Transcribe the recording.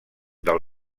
del